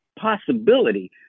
possibility